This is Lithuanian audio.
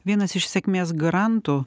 vienas iš sėkmės garantų